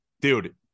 dude